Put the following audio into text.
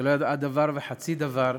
שלא ידעה דבר וחצי דבר,